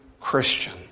Christian